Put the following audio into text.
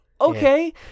okay